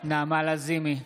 נעמה לזימי,